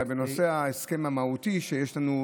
בנושא ההסכם המהותי שיש לנו,